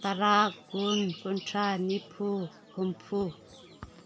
ꯇꯔꯥ ꯀꯨꯟ ꯀꯨꯟꯊ꯭ꯔꯥ ꯅꯤꯐꯨ ꯍꯨꯝꯐꯨ